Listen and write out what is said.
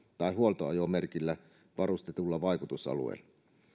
tai huoltoajomerkillä varustetulla vaikutusalueella